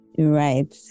Right